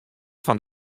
fan